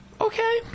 Okay